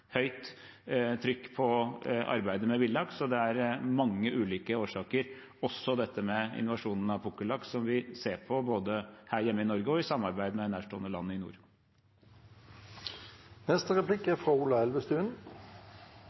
høyt trykk på arbeidet med villaks. Det er mange ulike årsaker, også dette med invasjonen av pukkellaks, som vi ser på både her hjemme i Norge og i samarbeid med nærstående land i